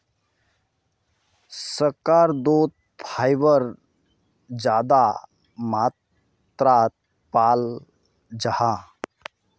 शकार्कंदोत फाइबर ज्यादा मात्रात पाल जाहा